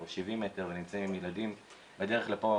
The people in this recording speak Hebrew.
אין קץ שלו ושל הצוות הצלחנו להוביל את בני ברק למקום טוב והיום אני